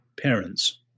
parents